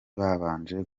babanje